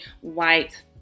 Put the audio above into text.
white